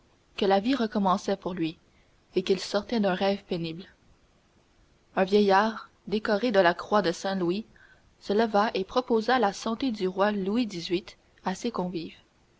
que la vie recommençait pour lui et qu'il sortait d'un rêve pénible un vieillard décoré de la croix de saint-louis se leva et proposa la santé du roi louis xviii à ses convives